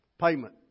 Payment